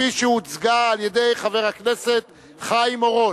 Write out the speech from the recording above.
כפי שהוצגה על-ידי חבר הכנסת חיים אורון.